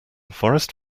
forest